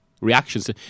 reactions